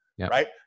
right